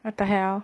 what the hell